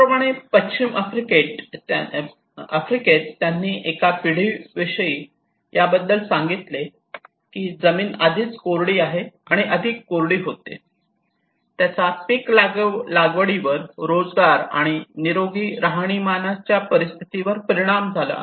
त्याचप्रमाणे पश्चिम आफ्रिकेत त्यांनी एका पिढीविषयी याबद्दल सांगितले की जमीन आधीच कोरडी आहे आणि अधिक कोरडी होते त्याचा पीक लागवडीवर रोजगार आणि निरोगी राहणीमानाची परिस्थिती वर परिणाम झाला आहे